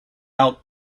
out